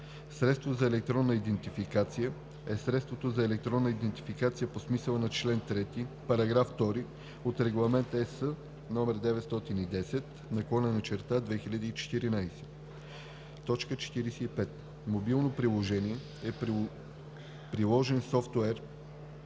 „Средство за електронна идентификация“ е средство за електронна идентификация по смисъла на чл. 3, параграф 2 от Регламент (ЕС) № 910/2014. 45. „Мобилно приложение“ е приложен софтуер,